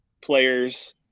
players